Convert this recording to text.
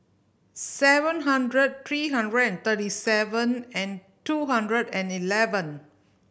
seven hundred three hundred and thirty seven and two hundred and eleven